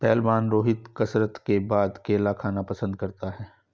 पहलवान रोहित कसरत के बाद केला खाना पसंद करता है